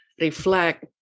reflect